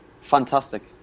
Fantastic